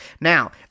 now